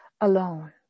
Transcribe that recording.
alone